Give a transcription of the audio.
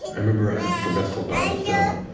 i remember on from dusk till dawn, the film,